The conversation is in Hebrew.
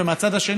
ומהצד האחר,